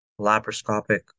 laparoscopic